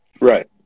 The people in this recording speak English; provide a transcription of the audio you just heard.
Right